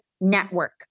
network